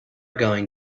going